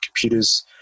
computers